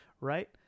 right